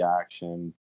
action